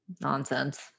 nonsense